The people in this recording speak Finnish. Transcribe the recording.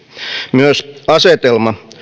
myös asetelma